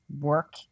work